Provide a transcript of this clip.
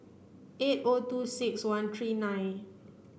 eight O two six one three nine